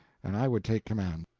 and i would take command.